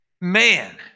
man